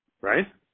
Right